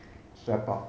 step up